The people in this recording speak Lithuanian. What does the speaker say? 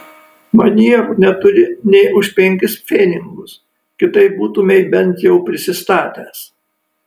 manierų neturi nė už penkis pfenigus kitaip būtumei bent jau prisistatęs